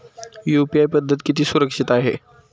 UPI पद्धत किती सुरक्षित आहे?